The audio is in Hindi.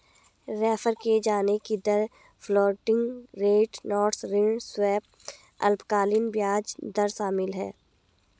रेफर किये जाने की दर फ्लोटिंग रेट नोट्स ऋण स्वैप अल्पकालिक ब्याज दर शामिल है